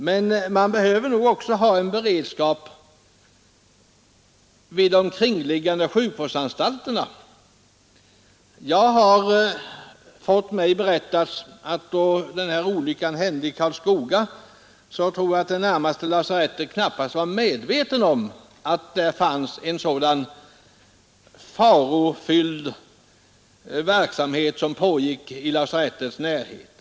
Men man behöver nog också ha beredskap vid de omkringliggande sjukvårdsanstalterna. Jag har fått mig berättat att då olyckan i Karlskoga inträffade var man på det närmaste lasarettet knappast medveten om att det pågick en så farofylld verksamhet i lasarettets närhet.